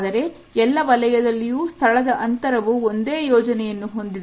ಆದರೆ ಎಲ್ಲ ವಲಯದಲ್ಲಿಯೂ ಸ್ಥಳದ ಅಂತರವು ಒಂದೇ ಯೋಜನೆಯನ್ನು ಹೊಂದಿದೆ